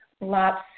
Lots